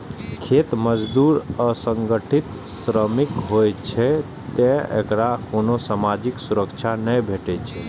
खेत मजदूर असंगठित श्रमिक होइ छै, तें एकरा कोनो सामाजिक सुरक्षा नै भेटै छै